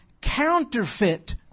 counterfeit